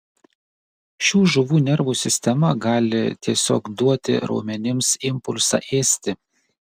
šių žuvų nervų sistema gali tiesiog duoti raumenims impulsą ėsti